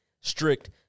strict